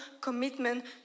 commitment